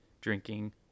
drinking